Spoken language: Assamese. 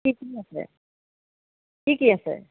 কি কি আছে কি কি আছে